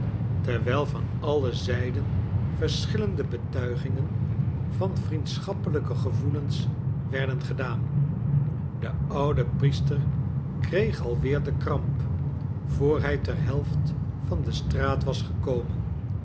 terwijl van alle zijden verschillende betuigingen van vriendschappelijke gevoelens werden gedaan de oude priester kreeg alweer de kramp voor hij ter helft van de straat wasgekomen